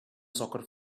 soccer